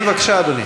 כן, בבקשה, אדוני.